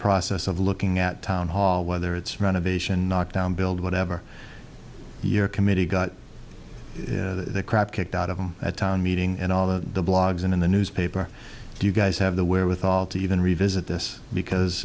process of looking at townhall whether it's run of asian knock down build whatever your committee got the crap kicked out of them at town meeting and all the blogs and in the newspaper do you guys have the wherewithal to even revisit this because